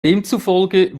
demzufolge